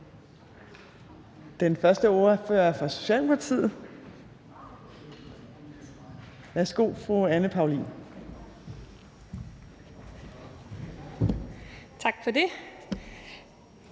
den første ordfører er fra Socialdemokratiet. Værsgo, fru Anne Paulin. Kl.